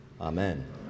Amen